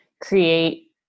create